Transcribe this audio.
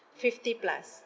fifty plus